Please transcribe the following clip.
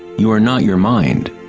you are not your mind.